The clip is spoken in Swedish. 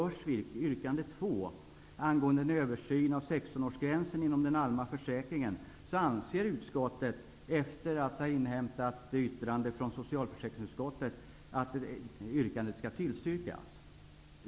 Vad gäller yrkande 2 i motion So27 av årsgränsen inom den allmänna försäkringen anser utskottet, efter att ha inhämtat yttrande från socialförsäkringsutskottet, att yrkandet skall tillstyrkas.